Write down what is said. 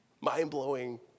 mind-blowing